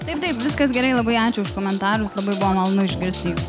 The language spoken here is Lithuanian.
taip taip viskas gerai labai ačiū už komentarus labai buvo malonu išgirsti jų